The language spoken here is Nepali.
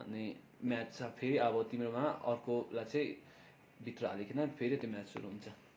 अनि म्याच छ फेरि अब तिम्रोमा अर्कोलाई चाहिँ भित्र हालिकन फेरि त्यो म्याच सुरु हुन्छ